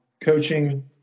coaching